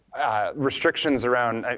restrictions around